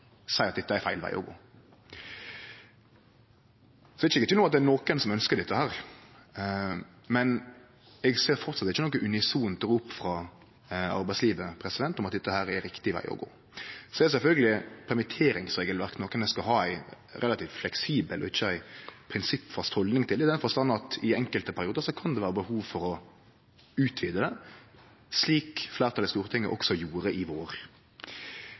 seier at dette er feil veg å gå. Så er eg ikkje i tvil om at det er nokon som ønskjer dette, men eg høyrer framleis ikkje noko unisont rop frå arbeidslivet om at dette er riktig veg å gå. Så er sjølvsagt permitteringsregelverk noko ein skal ha ei relativt fleksibel og ikkje ei prinsippfast haldning til, i den forstand at i enkelte periodar kan det vere behov for å utvide det, slik fleirtalet i Stortinget gjorde i vår.